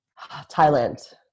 Thailand